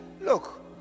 look